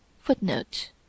Footnote